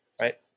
right